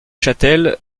chatel